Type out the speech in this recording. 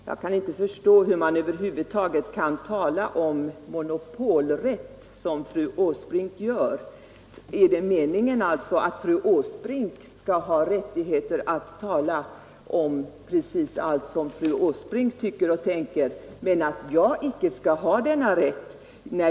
Jag kan inte förstå hur man över huvud taget kan tala om monopolrätt, som fru Åsbrink gör. Är det meningen att fru Åsbrink skall ha rätt att tala precis så som hon tycker och tänker, men att jag inte skall ha denna rätt?